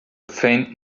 faint